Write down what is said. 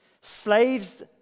Slaves